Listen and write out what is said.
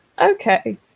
okay